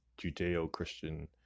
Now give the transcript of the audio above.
Judeo-Christian